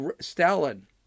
Stalin